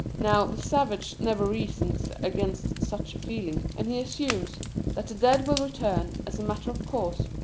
now the savage never reasons against such a feeling, and he assumes that the dead will return, as a matter of course,